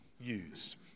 Use